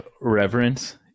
reverence